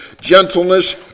gentleness